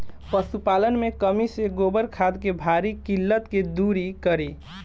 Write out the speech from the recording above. पशुपालन मे कमी से गोबर खाद के भारी किल्लत के दुरी करी?